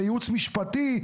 ו-"ייעוץ משפטי",